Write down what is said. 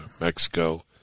Mexico